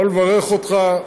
אני יכול לברך אותך,